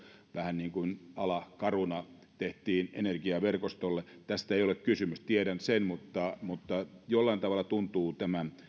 vähän niin kuin a la caruna tehtiin energiaverkostolle tästä ei ole kysymys tiedän sen mutta mutta jollain tavalla tuntuu